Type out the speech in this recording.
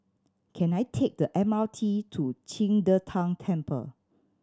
can I take the M R T to Qing De Tang Temple